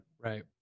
Right